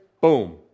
boom